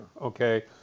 okay